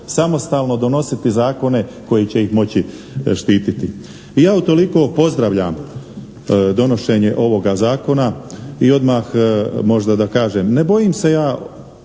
samostalno donositi zakone koji će ih moći štititi. I ja utoliko pozdravljam donošenje ovoga Zakona i odmah možda da kažem, ne bojim se ja